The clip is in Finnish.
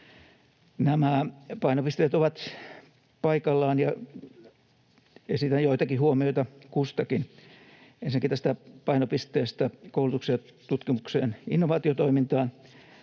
Nämä painopisteet ovat paikallaan, ja esitän joitakin huomioita kustakin. Ensinnäkin painopisteestä koulutukseen, tutkimukseen ja innovaatiotoimintaan: